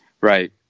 Right